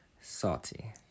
Salty